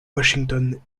washington